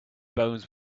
bones